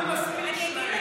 אבל זה לא מתאים לספינים שלהם.